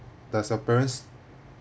does your parents